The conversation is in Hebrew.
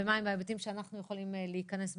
ומהם ההיבטים שאנחנו יכולים להיכנס בתוכם.